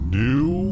new